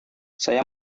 saya